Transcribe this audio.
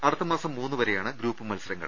അടുത്ത മാസം മൂന്ന് വരെയാണ് ഗ്രൂപ്പ് മത്സരങ്ങൾ